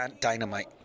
dynamite